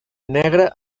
negra